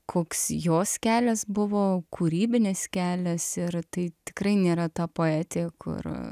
koks jos kelias buvo kūrybinis kelias ir tai tikrai nėra ta poetė kur